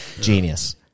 Genius